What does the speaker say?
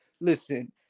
Listen